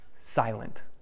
Silent